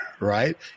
Right